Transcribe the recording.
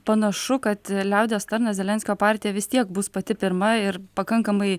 panašu kad liaudies tarnas zelenskio partija vis tiek bus pati pirma ir pakankamai